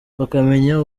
bakamenya